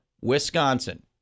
Wisconsin